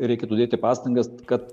reikėtų dėti pastangas kad